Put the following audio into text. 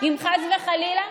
כבר איבדנו חלק מהציבור.